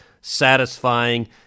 satisfying